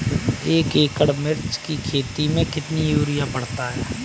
एक एकड़ मिर्च की खेती में कितना यूरिया पड़ता है?